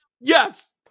Yes